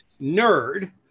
nerd